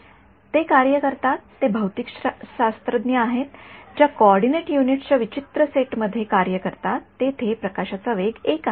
होय हे कार्य करतात ते भौतिकशास्त्रज्ञ आहेत ज्या कोऑर्डिनेट युनिट्स च्या विचित्र सेट मध्ये कार्य करतात जेथे प्रकाशाचा वेग १ आहे